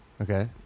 Okay